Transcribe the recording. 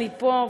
אני פה,